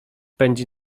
pędzi